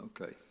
Okay